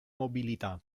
mobilità